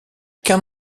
qu’un